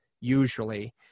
usually